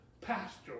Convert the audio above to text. pastor